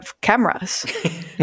cameras